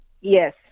Yes